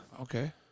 Okay